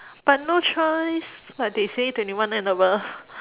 but no choice but they say twenty one and above